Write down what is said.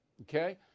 okay